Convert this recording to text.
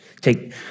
take